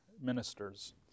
ministers